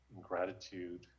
gratitude